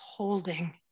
holding